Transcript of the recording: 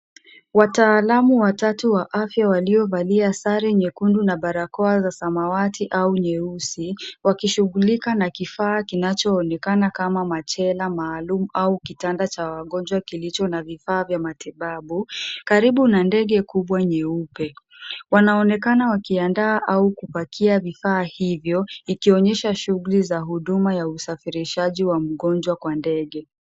Wataalamu watatu wa afya waliovalia sare nyekundu na barakoa za samawati au nyeusi wakishughulika na kifaa kinachoonekana kama machela maalum au kitanda cha wagonjwa kilicho vifaa vya matibabu. Karibu na ndege kubwa nyeupe. Wanaonekana wakiandaa au kupakia vifaa hivyo, ikionyesha shughuli za huduma ya usafirishaji wa mgonjwa kwa ndege.